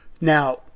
Now